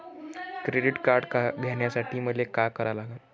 Credit card घ्यासाठी मले का करा लागन?